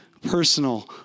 personal